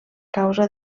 causa